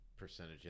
percentage